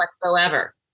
whatsoever